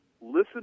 listen